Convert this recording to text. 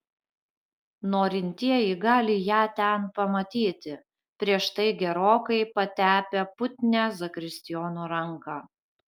norintieji gali ją ten pamatyti prieš tai gerokai patepę putnią zakristijono ranką